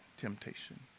temptation